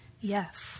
Yes